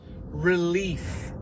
relief